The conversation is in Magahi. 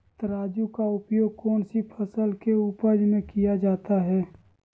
तराजू का उपयोग कौन सी फसल के उपज में किया जाता है?